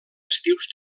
estius